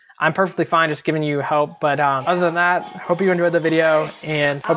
i'm perfectly fine just giving you help. but um other than that, hope you enjoyed the video. and